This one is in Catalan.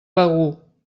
begur